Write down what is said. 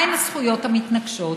מהן הזכויות המתנגשות?